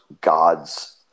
God's